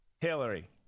Hillary